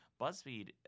BuzzFeed